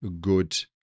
good